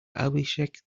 abhishek